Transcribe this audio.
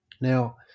Now